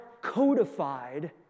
codified